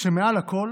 ומעל הכול